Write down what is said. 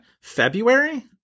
February